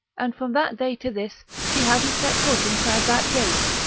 and from that day to this she hasn't set foot inside that gate.